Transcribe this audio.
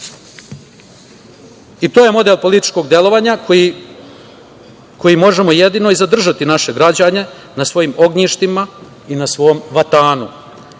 I to je model političkog delovanja kojim možemo jedino zadržati naše građane na svojim ognjištima i na svom vatanu.